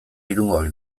irungoak